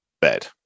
bed